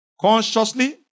consciously